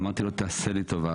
אמרתי לו תעשה לי טובה,